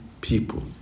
people